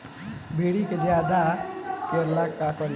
भिंडी के ज्यादा फरेला का करी?